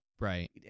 Right